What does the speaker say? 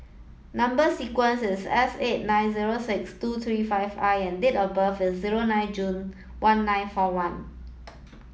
number sequence is S eight nine zero six two three five I and date of birth is zero nine June one nine four one